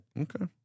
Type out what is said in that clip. Okay